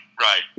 right